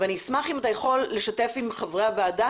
אני אשמח אם אתה יכול לשתף עם חברי הוועדה